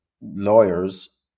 lawyers